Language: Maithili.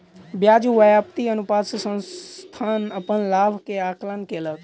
ब्याज व्याप्ति अनुपात से संस्थान अपन लाभ के आंकलन कयलक